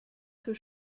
für